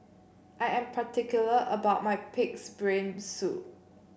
I am particular about my pig's brain soup